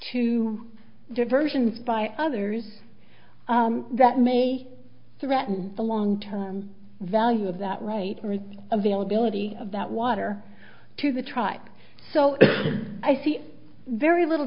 to diversions by others that may threaten the long term value of that right or an availability of that water to the tribe so i see very little